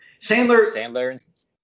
Sandler –